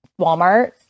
Walmart